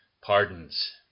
Pardons